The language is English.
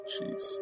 Jeez